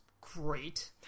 great